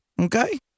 Okay